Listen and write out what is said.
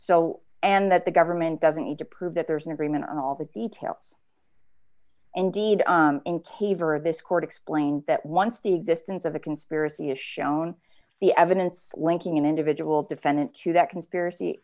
so and that the government doesn't need to prove that there's an agreement on all the details and deed in caver of this court explain that once the existence of a conspiracy is shown the evidence linking an individual defendant to that conspiracy